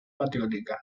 patriótica